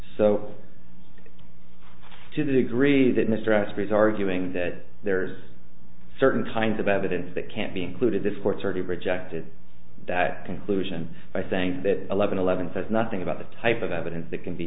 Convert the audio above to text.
so to the degree that mr x rays arguing that there's certain kinds of evidence that can't be included this court's already rejected that conclusion by saying that eleven eleven says nothing about the type of evidence that can be